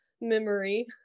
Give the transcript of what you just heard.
memory